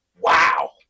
wow